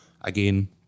again